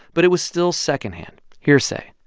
but it was still secondhand, hearsay.